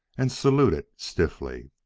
and saluted stiffly.